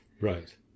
Right